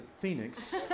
Phoenix